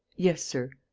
yes, sir.